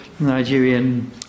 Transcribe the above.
nigerian